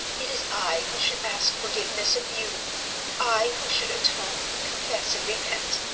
it is i who should ask forgiveness of you i who should atone, confess, and repent.